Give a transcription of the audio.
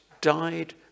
died